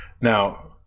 now